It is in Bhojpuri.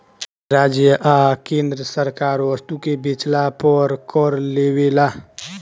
राज्य आ केंद्र सरकार वस्तु के बेचला पर कर लेवेला